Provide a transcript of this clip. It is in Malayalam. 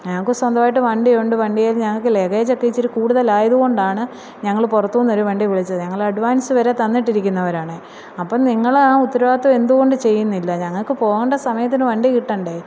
ഞങ്ങൾക്ക് സ്വന്തമായിട്ട് വണ്ടിയുണ്ട് വണ്ടിയിൽ ഞങ്ങൾക്ക് ലഗേജ് ഒക്കെ ഇച്ചിരി കൂടുതൽ ആയത് കൊണ്ടാണ് ഞങ്ങൾ പുറത്തുനിന്ന് ഒരു വണ്ടി വിളിച്ചത് ഞങ്ങൾ അഡ്വാന്സ്സ് വരെ തന്നിട്ടിരിക്കുന്നവരാണ് അപ്പം നിങ്ങൾ ആ ഉത്തരവാദിത്തം എന്തുകൊണ്ട് ചെയ്യുന്നില്ല ഞങ്ങൾക്ക് പോവേണ്ട സമയത്തിന് വണ്ടി കിട്ടേണ്ടേ